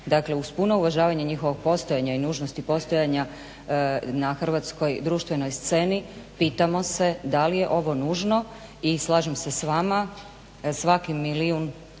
Dakle, uz puno uvažavanje njihovog postojanja i nužnosti postojanja na hrvatskoj društvenoj sceni pitamo se da li je ovo nužno i slažem se s vama svaki milijun